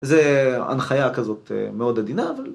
זה הנחיה כזאת מאוד עדינה, אבל...